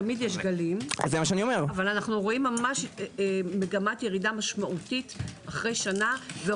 תמיד יש גלים אבל רואים ממש מגמת ירידה משמעותית אחרי שנה.